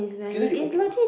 okay then you